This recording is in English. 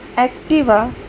Activa